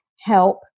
help